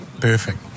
perfect